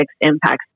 impacts